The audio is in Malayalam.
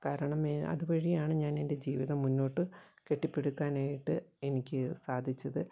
കാരണം അതുവഴിയാണു ഞാനെൻ്റെ ജീവിതം മുന്നോട്ട് കെട്ടിപ്പടുക്കാനായിട്ട് എനിക്ക് സാധിച്ചത്